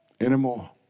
anymore